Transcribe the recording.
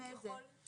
ויש לו נציג,